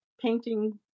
painting